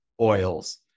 oils